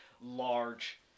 large